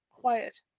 Quiet